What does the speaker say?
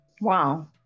wow